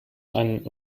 einen